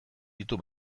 ditu